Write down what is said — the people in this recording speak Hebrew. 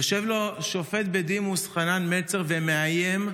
יושב לו השופט בדימוס חנן מלצר ומאיים,